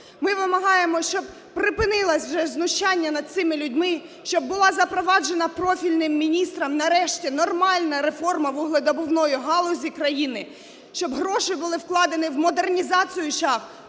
Ми вимагаємо, щоб припинилось вже знущання над цими людьми, щоб була запроваджена профільним міністром, нарешті, нормальна реформа вугледобувної галузі країни, щоб гроші були вкладені в модернізацію шахт,